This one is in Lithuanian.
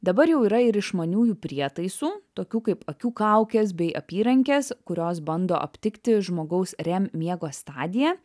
dabar jau yra ir išmaniųjų prietaisų tokių kaip akių kaukės bei apyrankės kurios bando aptikti žmogaus rem miego stadiją